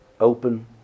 open